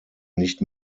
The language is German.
nicht